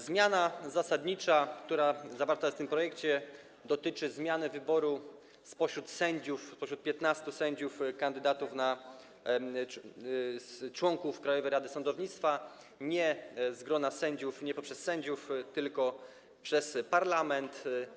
Zmiana zasadnicza, która zawarta jest w tym projekcie, dotyczy zmiany wyboru spośród 15 sędziów kandydatów na członków Krajowej Rady Sądownictwa, nie z grona sędziów, nie przez sędziów, tylko przez parlament.